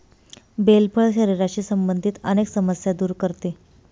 bell फळ शरीराशी संबंधित अनेक समस्या दूर करते